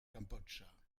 kambodscha